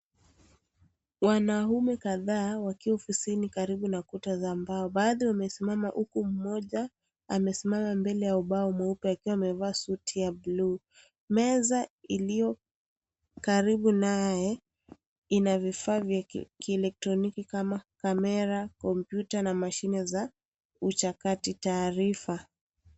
Wanaume kadhaa wakiwa ofisini karibu na kuta za mbao, baadhi wamesimama huku mmoja amesimama mbele ya ubao mweupe akiwa amevaa suti ya buluu, meza iliyo karibu naye ina vifaa vya kieletroniki kama kamera , kompyuta na mashine za uchakati taarifa.